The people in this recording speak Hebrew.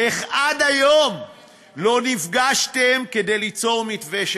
איך עד היום לא נפגשתם כדי ליצור מתווה שכזה?